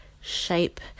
shape